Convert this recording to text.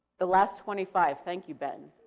the last twenty five. thank you, ben.